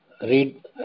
read